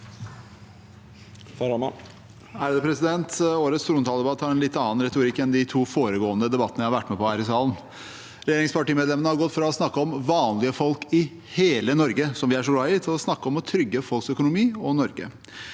(H) Årets tronta- ledebatt har en litt annen retorikk enn de to foregående debattene jeg har vært med på her i salen. Regjeringspartimedlemmene har gått fra å snakke om vanlige folk i hele Norge, som vi er så glad i, til å snakke om å trygge folks økonomi og Norge.